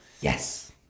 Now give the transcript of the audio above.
Yes